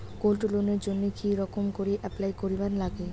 Gold লোনের জইন্যে কি রকম করি অ্যাপ্লাই করিবার লাগে?